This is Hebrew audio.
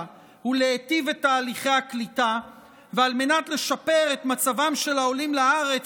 ולהיטיב את תהליכי הקליטה ועל מנת לשפר את מצבם של העולים לארץ